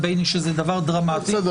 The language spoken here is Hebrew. שעות.